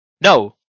No